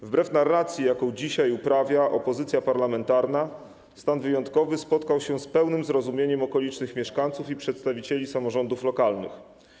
Wbrew narracji, jaką dzisiaj uprawia opozycja parlamentarna, stan wyjątkowy spotkał się z pełnym zrozumieniem okolicznych mieszkańców i przedstawicieli samorządów lokalnych.